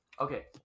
Okay